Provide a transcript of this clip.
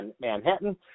Manhattan